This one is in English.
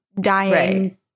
dying